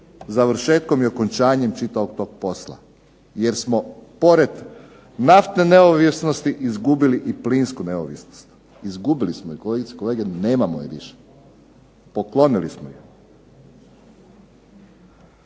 završetkom i okončanjem čitavog tog posla, jer smo pored naftne neovisnosti izgubili i plinsku neovisnost. Izgubili smo je, kolegice i kolege nemamo je više. Poklonili smo ju.